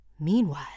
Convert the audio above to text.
Meanwhile